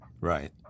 right